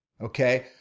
okay